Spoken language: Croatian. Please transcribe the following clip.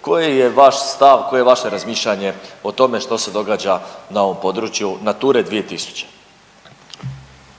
Koji je vaš stav, koje je vaše razmišljanje o tome što se događa na ovom području Nature 2000? **Radin, Furio (Nezavisni)**